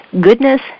goodness